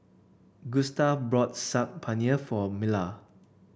Gustave bought Saag Paneer for Mila